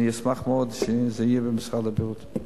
אני אשמח מאוד שזה יהיה במשרד הבריאות.